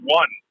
one